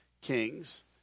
kings